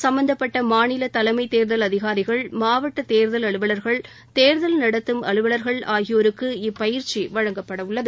சும்பந்தப்பட்ட மாநில தலைமைத் தேர்தல் அதிகாரிகள் மாவட்ட தேர்தல் அலுவலர்கள் தேர்தல் நடத்தும் அலுவலர்கள் ஆகியோருக்கு இப்பயிற்சி வழங்கப்பட உள்ளது